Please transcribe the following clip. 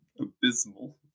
abysmal